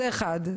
זה אחד.